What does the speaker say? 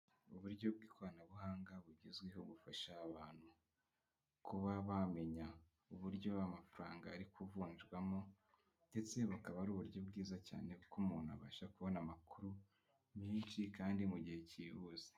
Uburyo bw'ikoranabuhanga bugezweho bufasha abantu kuba bamenya uburyo amafaranga ari kuvunjwamo ndetse bukaba ari uburyo bwiza cyane kuko umuntu abasha kubona amakuru menshi kandi mu gihe cyihuse.